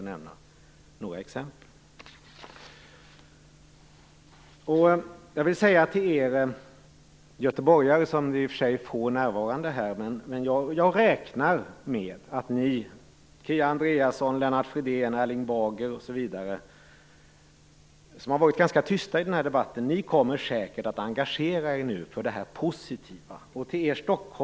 Till er göteborgare - få är i och för sig närvarande just nu - vill jag säga att jag räknar med att bl.a. Kia Andreasson, Lennart Fridén och Erling Bager, som varit ganska tysta i den här debatten, engagerar sig i det positiva här.